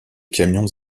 camions